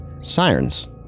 sirens